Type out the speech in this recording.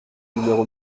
numéro